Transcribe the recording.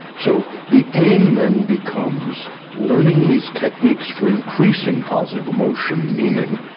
so the aim then becomes learning these techniques for increasing positive emotion, meaning,